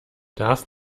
darf